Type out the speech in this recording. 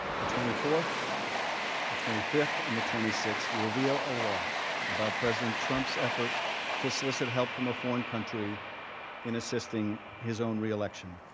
the twenty fourth and the twenty fifth and the twenty sixth reveal a lot about president trump's effort to solicit help from a foreign country and assisting his own reelections.